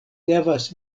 devas